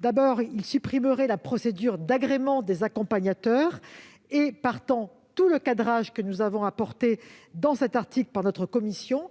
d'abord, il tend à supprimer la procédure d'agrément des accompagnateurs et, partant, tout le cadrage intégré à cet article par notre commission :